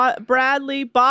Bradley